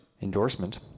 Endorsement